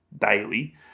Daily